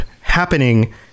happening